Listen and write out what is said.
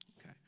Okay